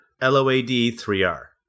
L-O-A-D-3-R